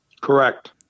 Correct